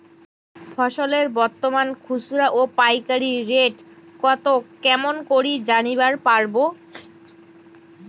ফসলের বর্তমান খুচরা ও পাইকারি রেট কতো কেমন করি জানিবার পারবো?